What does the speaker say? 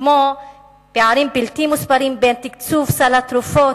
כמו פערים בלתי מוסברים בין תקצוב סל התרופות,